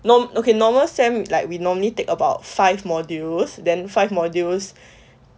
no okay normal sem like we normally take about five modules then five modules